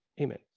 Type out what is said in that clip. Amen